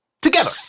Together